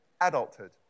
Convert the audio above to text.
adulthood